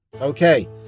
Okay